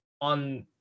on